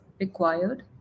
required